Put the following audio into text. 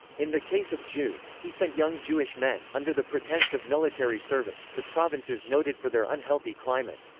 in the case of jews, he sent young jewish men, under the pretence of military service, to provinces noted for their unhealthy climate.